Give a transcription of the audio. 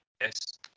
Yes